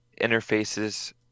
interfaces